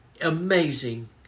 Amazing